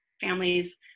Families